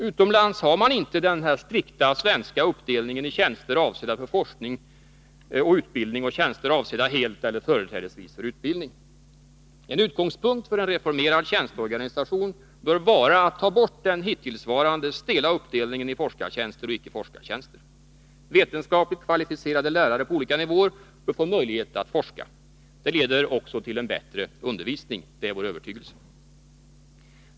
Utomlands har man inte den här strikta uppdelningen i tjänster avsedda för forskning och utbildning och tjänster avsedda helt eller företrädesvis för utbildning som vi har i Sverige. En utgångspunkt för en reformerad tjänsteorganisation bör vara att ta bort den hittillsvarande stela uppdelningen i forskartjänster och icke forskartjänster. Vetenskapligt kvalificerade lärare på olika nivåer bör få möjlighet att forska. Detta leder också till en bättre undervisning — det är vår övertygelse.